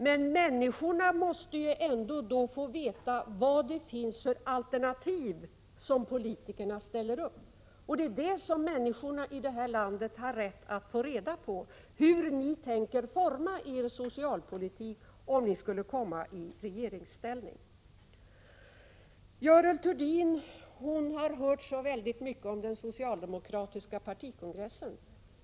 Men människorna måste ändå få veta vilka alternativ politikerna ställer upp. Det är det som människorna i det här landet har rätt att få reda på, dvs. hur ni tänker forma er socialpolitik, om ni skulle komma i regeringsställning. Görel Thurdin har hört så väldigt mycket om den socialdemokratiska partikongressen.